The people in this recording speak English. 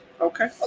Okay